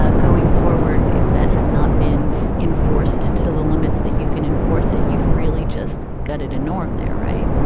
ah going forward, if that has not been enforced to the limits that you can enforce it, you've really just got it a norm there, right?